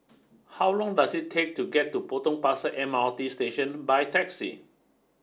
how long does it take to get to Potong Pasir M R T Station by taxi